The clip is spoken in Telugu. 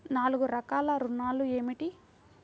నాలుగు రకాల ఋణాలు ఏమిటీ?